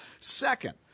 Second